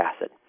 acid